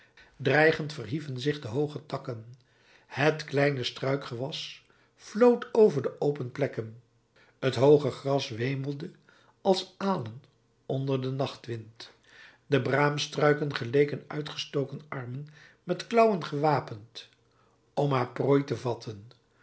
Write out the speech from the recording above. dreigend verhieven zich de hooge takken het kleine struikgewas floot over de open plekken het hooge gras wemelde als alen onder den nachtwind de braamstruiken geleken uitgestoken armen met klauwen gewapend om haar prooi te vatten